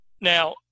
Now